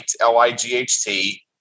L-I-G-H-T